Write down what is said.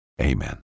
amen